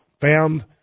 found